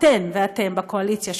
אתן ואתם בקואליציה,